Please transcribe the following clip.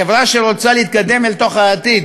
חברה שרוצה להתקדם אל תוך העתיד,